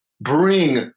bring